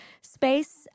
space